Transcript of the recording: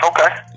okay